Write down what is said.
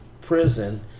prison